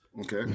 Okay